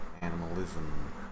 Animalism